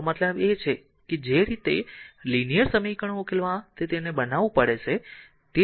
મારો મતલબ છે કે જે રીતે લીનીયર સમીકરણો ઉકેલવા તે તેને બનાવવું પડશે